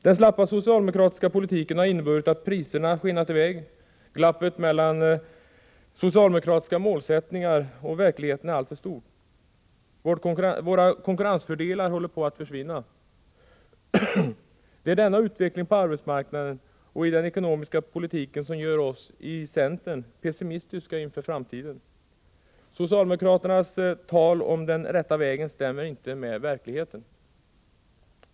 Den slappa socialdemokratiska politiken har inneburit att priserna har skenat iväg. Glappet mellan socialdemokratiska målsättningar och verkligheten är alltför stort. Våra konkurrensfördelar håller på att försvinna. Det är denna utveckling på arbetsmarknaden och inom den ekonomiska politiken som gör oss i centern pessimistiska inför framtiden. Socialdemokraternas tal om den rätta vägen stämmer inte med verkligheten.